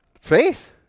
faith